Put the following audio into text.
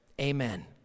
Amen